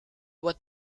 what